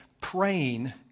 praying